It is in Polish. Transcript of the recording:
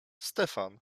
stefan